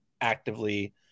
actively